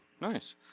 Nice